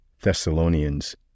Thessalonians